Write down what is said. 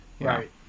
Right